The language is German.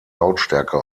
lautstärke